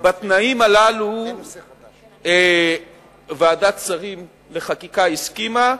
בתנאים הללו ועדת השרים לחקיקה הסכימה.